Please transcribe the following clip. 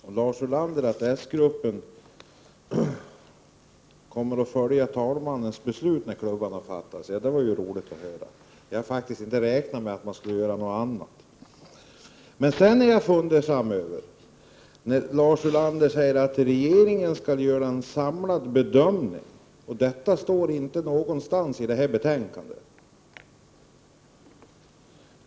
Herr talman! Här säger Lars Ulander att den socialdemokratiska riksdagsgruppen kommer att följa det beslut som har fattats i och med att talmannen slagit klubban i bordet. Det är roligt att höra. Men jag hade faktiskt inte räknat med någonting annat. Däremot blir jag fundersam när Lars Ulander säger att regeringen skall göra en samlad bedömning. Det kan man inte läsa något om i detta betänkande.